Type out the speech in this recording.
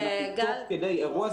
שאנחנו תוך כדי אירוע,